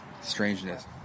Strangeness